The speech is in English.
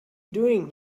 doing